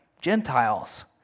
Gentiles